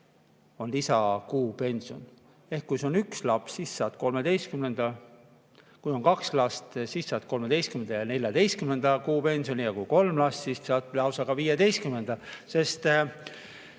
lisakuupension. Ehk kui sul on üks laps, siis saad 13-nda, kui on kaks last, siis saad 13. ja 14. kuu pensioni, ja kui kolm last, siis saad lausa ka 15-nda.